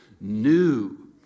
new